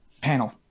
Panel